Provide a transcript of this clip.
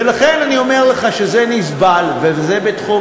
ולכן אני אומר לך שזה נסבל וזה בתחום